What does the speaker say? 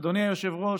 אדוני היושב-ראש,